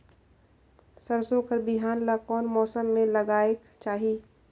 सरसो कर बिहान ला कोन मौसम मे लगायेक चाही?